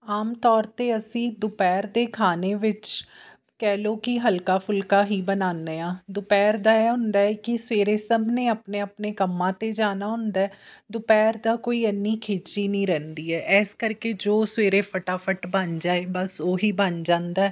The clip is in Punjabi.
ਆਮ ਤੌਰ 'ਤੇ ਅਸੀਂ ਦੁਪਹਿਰ ਦੇ ਖਾਣੇ ਵਿੱਚ ਕਹਿ ਲਓ ਕਿ ਹਲਕਾ ਫੁਲਕਾ ਹੀ ਬਣਾਉਦੇ ਹਾਂ ਦੁਪਹਿਰ ਦਾ ਇਹ ਹੁੰਦਾ ਕਿ ਸਵੇਰੇ ਸਭ ਨੇ ਆਪਣੇ ਆਪਣੇ ਕੰਮਾਂ 'ਤੇ ਜਾਣਾ ਹੁੰਦਾ ਦੁਪਹਿਰ ਦਾ ਕੋਈ ਐਨੀ ਖੇਚੀ ਨਹੀਂ ਰਹਿੰਦੀ ਹੈ ਇਸ ਕਰਕੇ ਜੋ ਸਵੇਰੇ ਫਟਾਫਟ ਬਣ ਜਾਵੇ ਬਸ ਉਹ ਹੀ ਬਣ ਜਾਂਦਾ